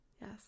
Yes